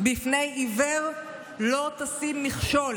בפני עיוור לא תשים מכשול.